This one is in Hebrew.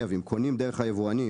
קונים דרך היבואנים,